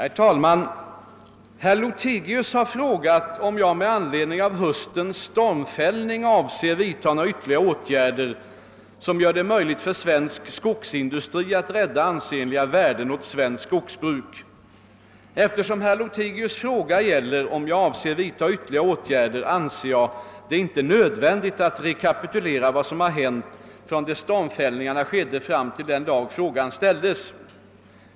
Herr talman! Herr Lothigius har frågat om jag med anledning av höstens stormfällning avser vidtaga några ytterligare åtgärder som gör det möjligt för svensk skogsindustri att rädda ansenliga värden åt svenskt skogsbruk. Eftersom herr Lothigius” fråga gäller om jag avser vidta ytterligare åtgärder anser jag det inte nödvändigt att rekapitulera vad som har hänt från det stormfällningarna skedde fram till den dag frågan ställdes.